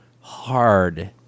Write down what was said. hard